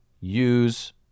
use